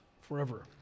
forever